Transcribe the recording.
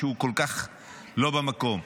שהוא כל כך לא במקום.